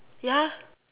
ya